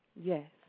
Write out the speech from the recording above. Yes